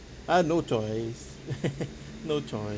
uh no choice no choice